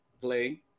play